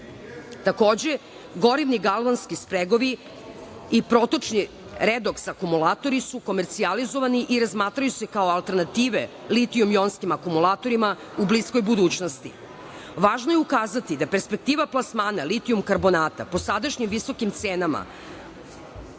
pogon. Takođe, gorivni galonski spregovi i protočni redoks akumulatori su komercijalizovani i razmatraju se kao alternative litijum-jonskim akumulatorima u bliskoj budućnosti. Važno je ukazati da perspektiva plasmana litijum-karbonata, po sadašnjim visokim cenama,